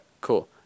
cool